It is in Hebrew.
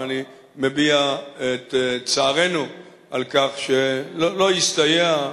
ואני מביע את צערנו על כך שלא הסתייע,